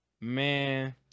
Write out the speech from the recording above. man